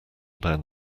down